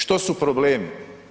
Što su problemi?